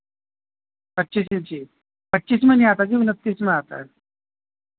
پچیس انچی پچیس میں نہیں آتا جی انتیس میں آتا ہے